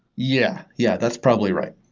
yeah yeah, that's probably right.